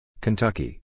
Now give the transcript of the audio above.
Kentucky